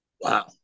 Wow